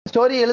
Story